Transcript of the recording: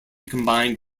combined